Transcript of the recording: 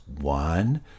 one